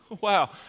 wow